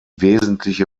wesentliche